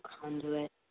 conduit